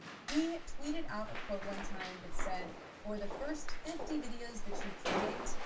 he tweeted out a quote one time that said, for the first fifty videos that you create,